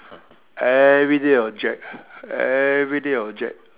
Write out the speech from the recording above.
everyday object ah everyday object